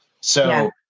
So-